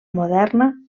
moderna